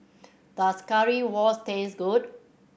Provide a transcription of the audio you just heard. does Currywurst taste good